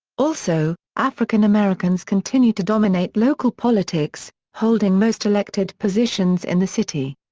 also, african americans continue to dominate local politics, holding most elected positions in the city.